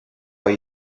are